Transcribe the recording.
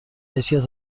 هیچکس